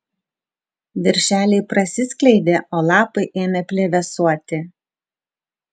viršeliai prasiskleidė o lapai ėmė plevėsuoti